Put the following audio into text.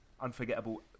Unforgettable